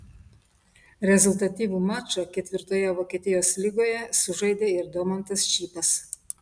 rezultatyvų mačą ketvirtoje vokietijos lygoje sužaidė ir domantas čypas